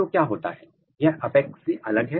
तो क्या होता है यह अपेक्स से अलग है